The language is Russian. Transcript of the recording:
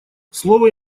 слово